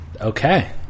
Okay